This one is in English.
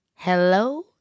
Hello